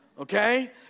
Okay